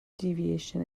deviation